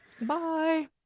Bye